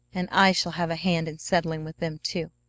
and i shall have a hand in settling with them, too.